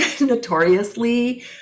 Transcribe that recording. notoriously